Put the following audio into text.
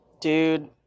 Dude